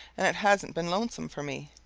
and it hasn't been lonesome for me,